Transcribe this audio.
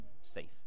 safe